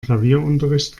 klavierunterricht